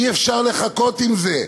אי-אפשר לחכות עם זה.